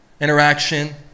interaction